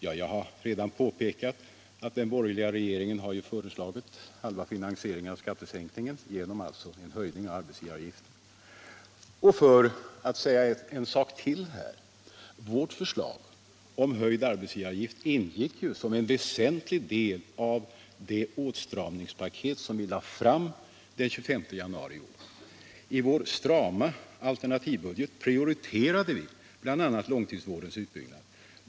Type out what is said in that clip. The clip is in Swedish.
Ja, jag har redan påpekat att den borgerliga regeringen har föreslagit att halva finansieringen av skattesänkningen skall ske genom en höjning av arbetsgivaravgiften. Vårt förslag om höjd arbetsgivaravgift ingick som en väsentlig del av det åtstramningspaket som vi lade fram den 25 januari i år. I vår strama alternativbudget prioriterade vi bl.a. långtidsvårdens utbyggnad.